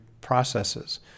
processes